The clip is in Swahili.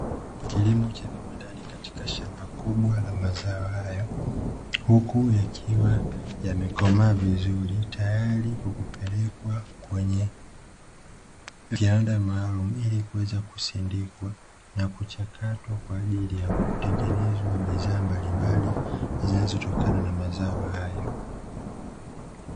Kilimo cha viwandani katika shamba kubwa la mazao haya, huku yakiwa yamekomaa vizuri, tayari kwa kupelekwa kwenye kiwanda maalumu ili kuweza kusindikwa, na kuchakatwa kwa ajili ya kutengenezwa bidhaa mbalimbali zinazotokana na mazao hayo.